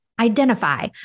identify